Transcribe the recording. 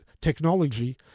technology